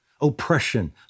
oppression